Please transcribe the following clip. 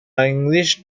english